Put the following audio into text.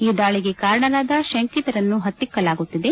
ಈ ದಾಳಿಗೆ ಕಾರಣರಾದ ಶಂಕಿತರನ್ನು ಪತ್ತಿಕ್ಕಲಾಗುತ್ತಿದೆ